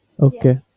Okay